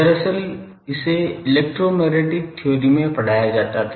दरअसल इसे electromagnetic theory में पढ़ाया जाता था